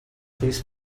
please